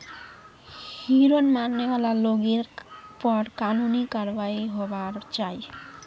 हिरन मारने वाला लोगेर पर कानूनी कारवाई होबार चाई